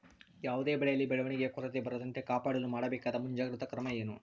ಯಾವುದೇ ಬೆಳೆಯಲ್ಲಿ ಬೆಳವಣಿಗೆಯ ಕೊರತೆ ಬರದಂತೆ ಕಾಪಾಡಲು ಮಾಡಬೇಕಾದ ಮುಂಜಾಗ್ರತಾ ಕ್ರಮ ಏನು?